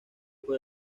por